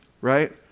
right